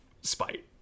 spite